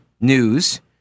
News